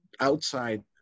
outside